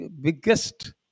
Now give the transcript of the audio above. biggest